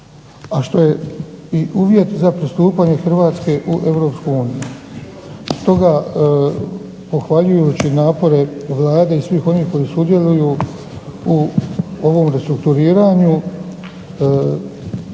a što je i uvjet za pristupanje Hrvatske u Europsku uniju. Stoga pohvaljujući napore Vlade i svih onih koji sudjeluju u ovom restrukturiranju